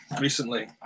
recently